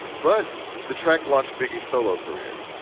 but the track launched biggie solo career.